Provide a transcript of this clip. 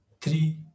three